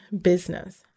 business